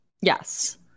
Yes